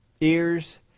ears